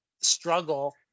struggle